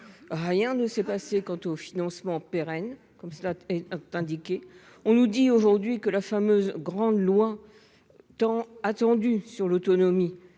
rien ne s'est passé quant au financement pérenne, comme cela est indiqué, on nous dit aujourd'hui que la fameuse grande loi tant attendu sur l'autonomie